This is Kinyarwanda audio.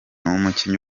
umukinnyi